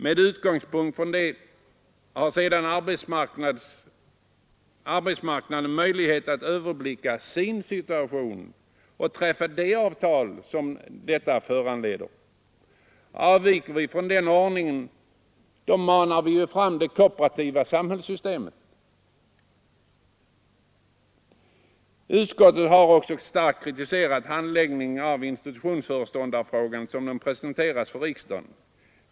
Med utgångspunkt i detta har sedan arbetsmarknadens parter möjlighet att överblicka sin situation och träffa de avtal detta föranleder. Avviker vi från denna ordning manar vi fram det korporativa samhällssystemet. Utskottet har också starkt kritiserat handläggningen av institutionsföreståndarfrågan som den presenteras för riksdagen.